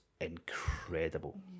incredible